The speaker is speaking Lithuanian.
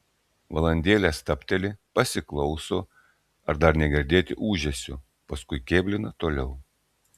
valandėlę stabteli pasiklauso ar dar negirdėti ūžesio paskui kėblina toliau